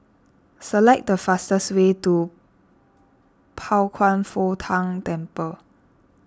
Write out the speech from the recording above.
select the fastest way to Pao Kwan Foh Tang Temple